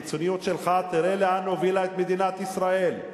הקיצוניות שלך, תראה לאן הובילה את מדינת ישראל.